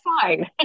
fine